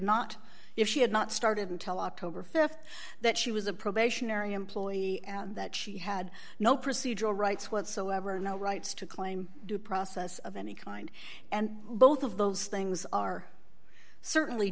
not if she had not started until october th that she was a probationary employee and that she had no procedural rights whatsoever no rights to claim due process of any kind and both of those things are certainly